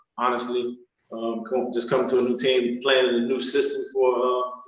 honestly, could just come to entertain, planning a new system for